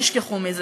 תשכחו מזה.